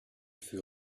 fut